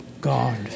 God